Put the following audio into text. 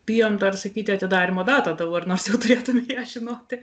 bijom dar sakyti atidarymo datą dabar nors jau turėtume ją žinoti